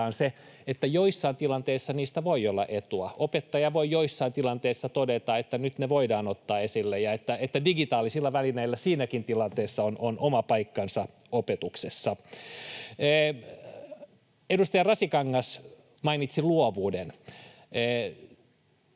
että joissain tilanteissa niistä voi olla etua. Opettaja voi joissain tilanteissa todeta, että nyt ne voidaan ottaa esille, ja digitaalisilla välineillä siinäkin tilanteessa on oma paikkansa opetuksessa. Edustaja Rasinkangas mainitsi luovuuden.